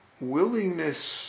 willingness